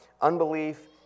unbelief